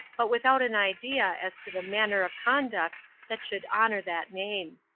but without an idea as to the manner of conduct that should honor that name.